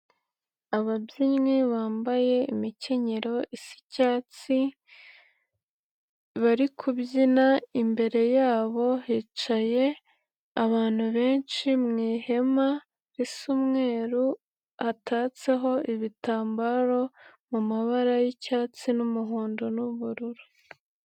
Ababyinnyi bambaye imikenyero isa icyatsi bari kubyina, imbere yabo hicaye abantu benshi mu ihema risa umweru, hatatseho ibitambaro mu mabara y'icyatsi n'umuhondo n'ubururu.